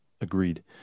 Agreed